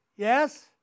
Yes